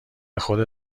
خودت